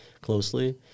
closely